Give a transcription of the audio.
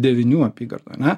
devynių apygardų ane